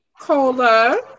Cola